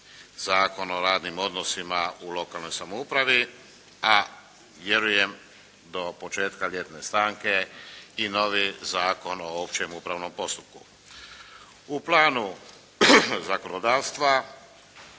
Zakon o radnim odnosima u lokalnoj samoupravi, a vjerujem do početka ljetne stanke i novi Zakon o općem upravnom postupku. U planu zakonodavstva